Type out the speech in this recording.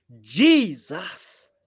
Jesus